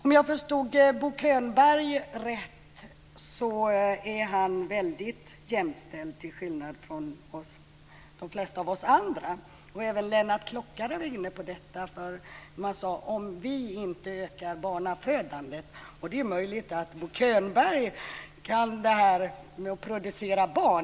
Om jag förstod Bo Köberg rätt är han väldigt jämställd till skillnad från de flesta andra, och även Lennart Klockare var inne på det, när de sade: Om vi inte ökar barnafödandet. Det är möjligt att Bo Könberg kan producera barn.